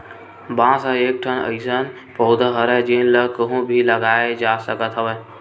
बांस ह एकठन अइसन पउधा हरय जेन ल कहूँ भी लगाए जा सकत हवन